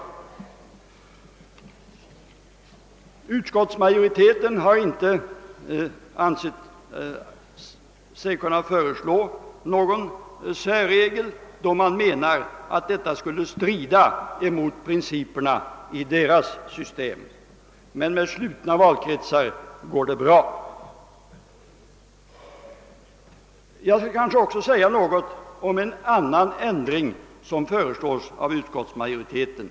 Utskottsmajoriteten har inte ansett sig kunna föreslå någon särregel, eftersom den menar att detta skulle strida mot principerna i systemet. Men med slutna valkretsar går det bra. Jag skall kanske också säga något om en annan ändring som föreslås av utskottsmajoriteten.